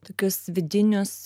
tokius vidinius